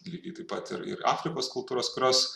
lygiai taip pat ir ir afrikos kultūros kurios